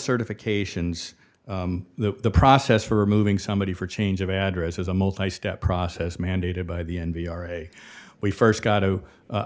certifications the process for removing somebody for change of address is a multi step process mandated by the n b r a we first got to